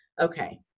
okay